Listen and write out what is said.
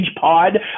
pod